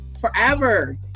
forever